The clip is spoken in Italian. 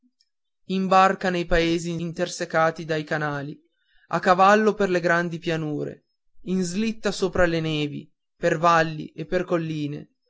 in barca nei paesi intersecati da canali a cavallo per le grandi pianure in slitta sopra le nevi per valli e per colline